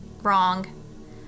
Wrong